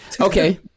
Okay